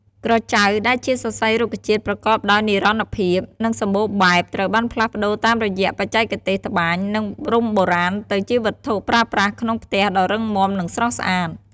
ក្រចៅ ដែលជាសរសៃរុក្ខជាតិប្រកបដោយនិរន្តរភាព និងសម្បូរបែប ត្រូវបានផ្លាស់ប្តូរតាមរយៈបច្ចេកទេសត្បាញ និងរុំបុរាណទៅជាវត្ថុប្រើប្រាស់ក្នុងផ្ទះដ៏រឹងមាំ និងស្រស់ស្អាត។